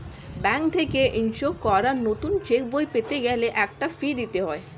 bank থেকে issue করা নতুন চেকবই পেতে গেলে একটা ফি দিতে হয়